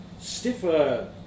stiffer